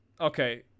Okay